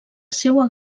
seua